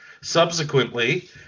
Subsequently